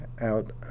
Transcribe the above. out